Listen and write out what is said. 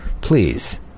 please